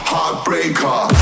Heartbreaker